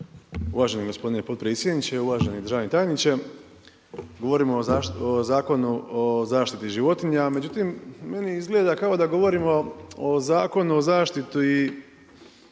Uvaženi gospodine potpredsjedniče, uvaženi državni tajniče. Govorimo o Zakonu o zaštiti životinja, međutim meni izgleda kao da govorimo o Zakonu o zaštiti mačaka